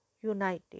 united